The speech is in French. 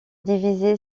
divisée